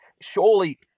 surely